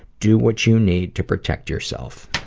do what you need to protect yourself.